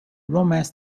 romance